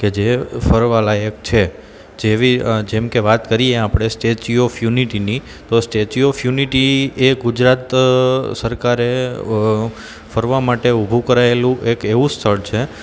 કે જે ફરવા લાયક છે જેવી જેમકે વાત કરીએ આપણે સ્ટેચ્યુ ઓફ યુનિટીની તો સ્ટેચ્યુ ઓફ યુનિટી એ ગુજરાત સરકારે ફરવા માટે ઊભું કરાયેલું એક એવું સ્થળ છે